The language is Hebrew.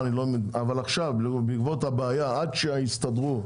- אבל עכשיו בעקבות הבעיה עד שההסתדרות,